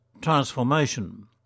transformation